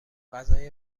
غذای